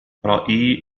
رأيي